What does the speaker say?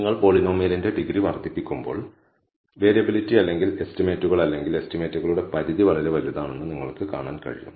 നിങ്ങൾ പോളിനോമിയലിന്റെ ഡിഗ്രി വർദ്ധിപ്പിക്കുമ്പോൾ വേരിയബിളിറ്റി അല്ലെങ്കിൽ എസ്റ്റിമേറ്റുകൾ അല്ലെങ്കിൽ എസ്റ്റിമേറ്റുകളുടെ പരിധി വളരെ വലുതാണെന്ന് നിങ്ങൾക്ക് കാണാൻ കഴിയും